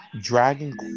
Dragon